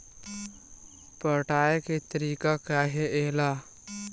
पटाय के तरीका का हे एला?